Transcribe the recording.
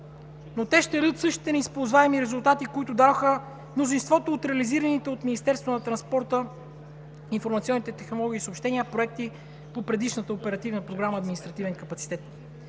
но те ще дадат същите неизползваеми резултати, които дадоха мнозинството от реализираните проекти от Министерство на транспорта, информационните технологии и съобщения по предишната Оперативна програма „Административен капацитет“.